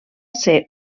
ser